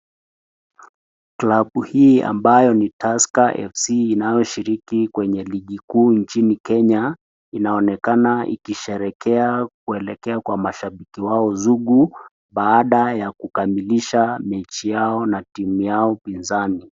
Klabu hii ambayo ni Tusker FC inayoshiriki ligi kuu nchini Kenya, inaonekana ikisherekea kuelekea kwa mashabiki wao sugu, baada ya kukamalisha mechi yao na timu yao pinzani.